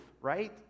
right